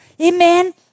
Amen